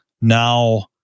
now